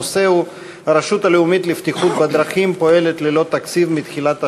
הנושא הוא: הרשות הלאומית לבטיחות בדרכים פועלת ללא תקציב מתחילת השנה.